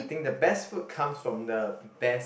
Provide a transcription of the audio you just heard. think the best food comes from the best